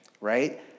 right